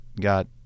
got